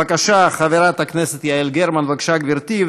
בבקשה, חברת הכנסת יעל גרמן, בבקשה, גברתי.